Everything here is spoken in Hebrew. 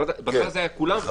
בהתחלה זה היה כולם.